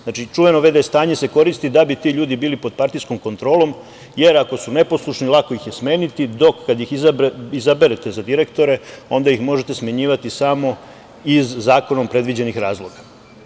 Znači, čuveno v.d. stanje se koristi da bi ti ljudi bili pod partijskom kontrolom, jer ako su neposlušni lako ih je smeniti, dok kada ih izaberete za direktore onda ih možete smenjivati samo iz zakonom predviđenih razloga.